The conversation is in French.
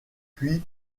puis